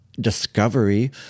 discovery